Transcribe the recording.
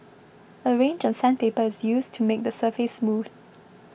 a range of sandpaper is used to make the surface smooth